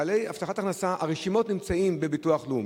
בעלי הבטחת הכנסה, הרשימות נמצאות בביטוח לאומי,